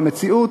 במציאות,